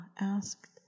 asked